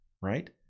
right